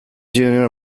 junior